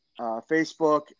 Facebook